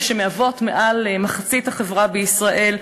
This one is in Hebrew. שמהוות מעל מחצית החברה בישראל,